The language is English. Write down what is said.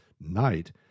night